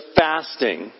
fasting